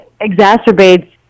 exacerbates